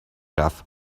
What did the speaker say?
رفت